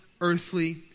earthly